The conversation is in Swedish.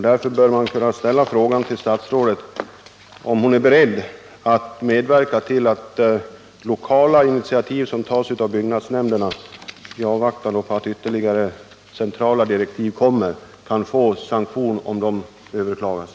Därför bör man kunna fråga statsrådet, om hon är beredd att medverka till att lokala initiativ som tas av byggnadsnämnderna i avvaktan på att ytterligare centrala direktiv kommer kan få sanktion, om de överklagas.